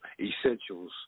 essentials